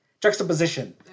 juxtaposition